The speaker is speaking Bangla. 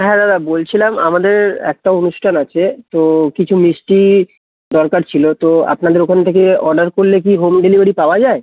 হ্যাঁ দাদা বলছিলাম আমাদের একটা অনুষ্ঠান আছে তো কিছু মিষ্টি দরকার ছিলো তো আপনাদের ওখানে থেকে অর্ডার করলে কি হোম ডেলিভারি পাওয়া যায়